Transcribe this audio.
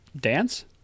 dance